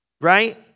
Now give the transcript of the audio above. Right